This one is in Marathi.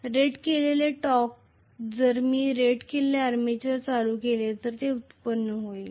रेट केलेले टॉर्कचे जर मी रेट केलेले आर्मेचर करंट केले तर ते व्युत्पन्न होईल